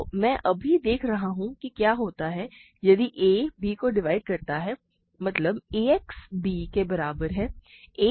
तो मैं अभी देख रहा हूं कि क्या होता है यदि a b को डिवाइड करता है मतलब ax b के बराबर है